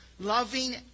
Loving